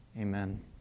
Amen